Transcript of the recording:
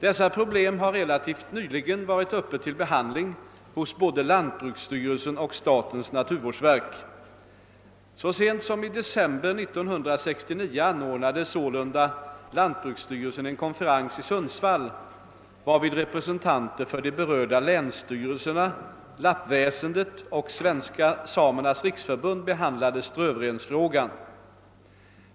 Dessa problem har rela tivt nyligen varit uppe till behandling hos både lantbruksstyrelsen och statens naturvårdsverk. Så sent som i december 1969 anordnade sålunda lantbruksstyrelsen en konferens i Sundsvall, varvid representanter för de berörda länsstyrelserna, lappväsendet och Svenska samernas riksförbund behandiade strövrensfrågan.